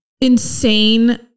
insane